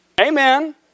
Amen